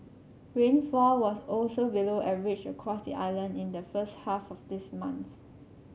rainfall was also below average across the island in the first half of this month